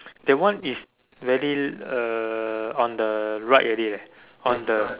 that one is very uh on the right already leh on the